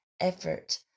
effort